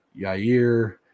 Yair